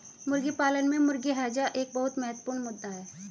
मुर्गी पालन में मुर्गी हैजा एक बहुत महत्वपूर्ण मुद्दा है